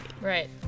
Right